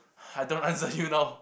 I don't answer you now